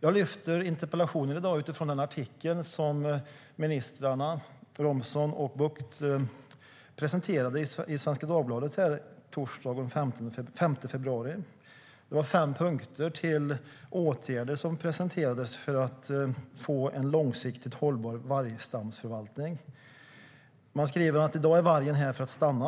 Jag lyfter fram interpellationen i dag utifrån artikeln som ministrarna Romson och Bucht presenterade i Svenska Dagbladet torsdagen den 5 februari. Det var fem punkter med åtgärder för att få en långsiktigt hållbar vargstamsförvaltning som presenterades. Man skriver: "I dag är vargen här för att stanna.